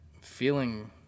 feeling